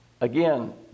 Again